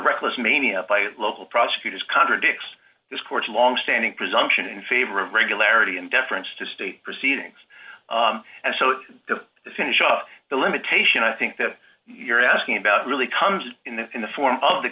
reckless mania by local prosecutors contradicts this court's longstanding presumption in favor of regularity in deference to state proceedings and so to finish off the limitation i think that you're asking about really comes in the in the form of the